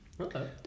Okay